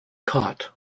caught